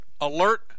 alert